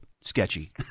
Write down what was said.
sketchy